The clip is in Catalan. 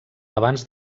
abans